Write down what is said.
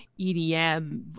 edm